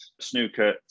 snooker